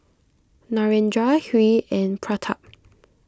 Narendra Hri and Pratap